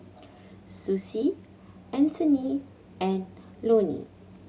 Sussie Antony and Lonie